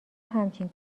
همچین